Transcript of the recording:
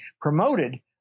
promoted